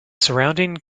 surrounding